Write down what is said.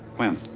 when?